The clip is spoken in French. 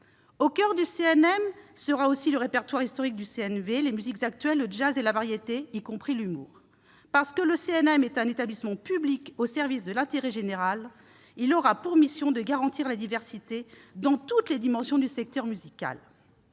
Au coeur du CNM figurera aussi le répertoire historique du CNV : les musiques actuelles, le jazz et la variété, y compris l'humour. Parce que le CNM est un établissement public au service de l'intérêt général, il aura pour mission de garantir la diversité dans toutes les dimensions du secteur musical.